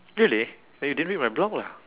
really then you didn't read my blog lah